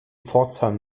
pforzheim